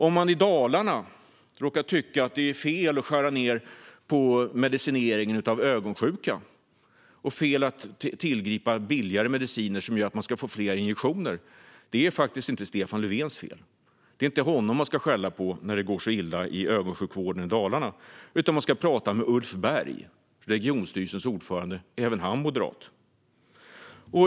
Om man i Dalarna råkar tycka att det är fel att skära ned på medicineringen för patienter med ögonsjukdomar och tillgripa billigare mediciner som gör att man ska få fler injektioner är det faktiskt inte Stefan Löfvens fel. Det är inte honom man ska skälla på när det går så illa i ögonsjukvården i Dalarna, utan man ska tala med Ulf Berg, regionstyrelsens ordförande, även han moderat.